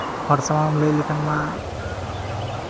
ᱦᱚᱲ ᱥᱟᱢᱟᱝ ᱨᱮᱢ ᱞᱟᱹᱭ ᱞᱮᱠᱷᱟᱱ ᱢᱟ